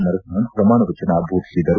ನರಸಿಂಹನ್ ಪ್ರಮಾಣವಚನ ಭೋದಿಸಿದರು